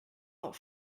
not